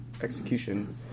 execution